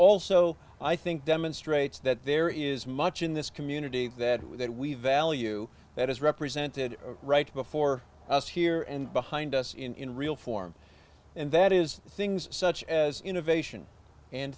also i think demonstrates that there is much in this community that we that we value that is represented right before us here and behind us in real form and that is things such as innovation and